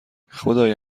خدای